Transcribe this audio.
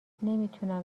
نمیتونم